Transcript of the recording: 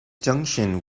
junction